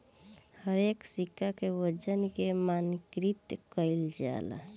हरेक सिक्का के वजन के मानकीकृत कईल जाला